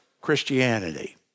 Christianity